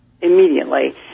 immediately